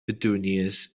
petunias